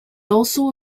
also